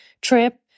trip